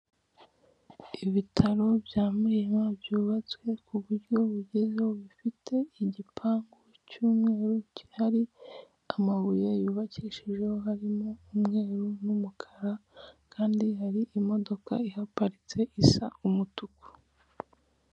Ibitaro bya Muhima byubatswe ku buryo bugezweho bifite igipangu cy'umweru kihari amabuye yubakishijejweho harimo umweru n'umukara kandi hari imodoka ihaparitse isa umutuku.